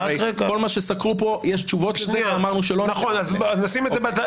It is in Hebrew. יש תשובות לכל מה שסקרו פה ואמרנו שלא נתייחס לזה עכשיו.